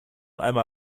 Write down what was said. einmal